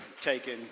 taken